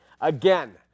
again